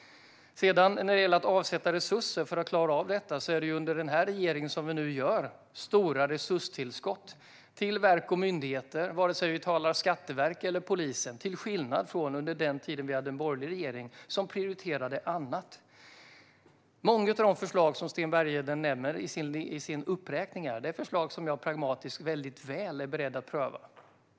När det gäller att avsätta resurser för att klara av detta är det under den här regeringen vi nu gör stora resurstillskott till verk och myndigheter, vare sig vi talar om Skatteverket eller polisen, till skillnad från under den tid vi hade en borgerlig regering, som prioriterade annat. Många av de förslag som Sten Bergheden nämner i sin uppräkning är förslag som jag pragmatiskt är väl beredd att pröva.